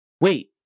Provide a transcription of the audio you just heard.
Wait